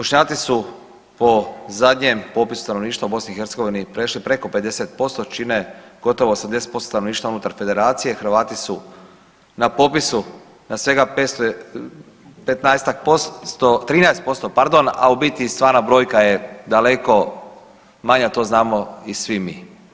Bošnjaci su po zadnjem popisu stanovništva u BiH prešli preko 50%, čine gotovo 80% stanovništva unutar Federacije, Hrvati su na popisu na svega 15-ak posto, 13% pardon, a u biti stvarna brojka je daleko manja to znamo i svi mi.